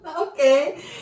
Okay